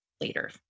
later